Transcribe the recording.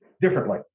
differently